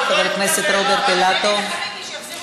תודה לחבר הכנסת בצלאל סמוטריץ.